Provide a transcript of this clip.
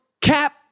Cap